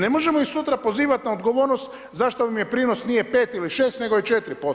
Ne možemo ih sutra pozivat na odgovornost zašto vam prinos nije 5 ili 6 nego je 4%